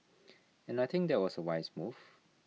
and I think that was A wise move